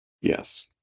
Yes